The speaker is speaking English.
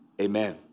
Amen